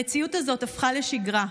המציאות הזאת הפכה לשגרה.